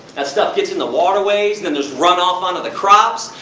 that stuff gets in the waterways, and there's run off onto the crops,